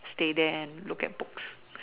stay there and look at books